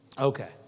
Okay